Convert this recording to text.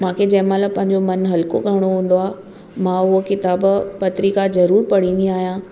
मूंखे जंहिं महिल पंहिंजो मनु हलिको करिणो हूंदो आहे मां उहा किताबु पत्रिका ज़रूरु पढ़ंदी आहियां